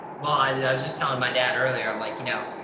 well i yeah was just telling my dad earlier, i'm like, you know,